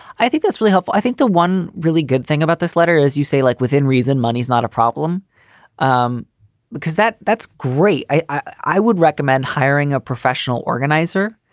i think that's really helpful. i think the one really good thing about this letter, as you say, like within reason, money's not a problem um because that that's great i would recommend hiring a professional organizer